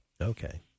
Okay